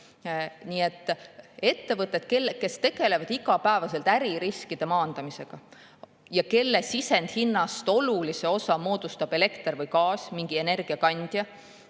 Nii et ettevõtted, kes tegelevad iga päev äririskide maandamisega ja kelle sisendhinnast olulise osa moodustab elektri või gaasi, mingi energiakandja